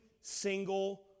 single